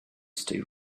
stay